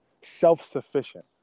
self-sufficient